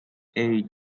eight